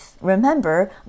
remember